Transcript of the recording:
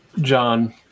John